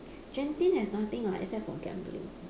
genting has nothing [what] except for gambling